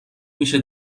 میشه